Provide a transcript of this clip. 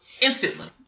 Instantly